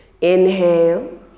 Inhale